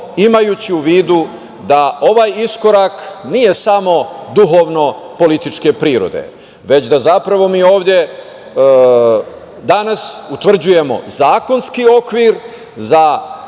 imajući u vidu da ovaj iskorak nije samo duhovno političke prirode, već da zapravo mi ovde danas utvrđujemo zakonski okvir za